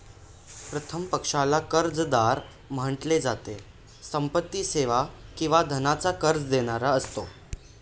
प्रथम पक्षाला कर्जदार म्हंटल जात, संपत्ती, सेवा किंवा धनाच कर्ज देणारा असतो